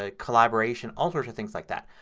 ah collaboration. all sorts of things like that.